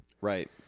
right